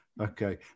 Okay